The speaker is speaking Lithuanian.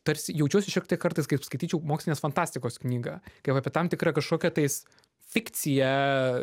tarsi jaučiuosi šiek tiek kartais kaip skaityčiau mokslinės fantastikos knygą kaip apie tam tikrą kažkokią tais fikciją